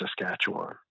Saskatchewan